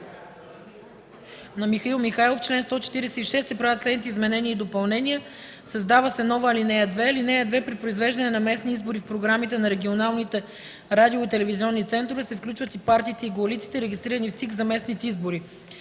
Михаил Михайлов – в чл. 146 се правят следните изменения и допълнения: „1. Създава се нова ал. 2: (2) При произвеждане на местни избори в програмите на регионалните радио- и телевизионни центрове се включват и партиите и коалициите, регистрирани в ЦИК за местните избори.